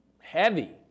heavy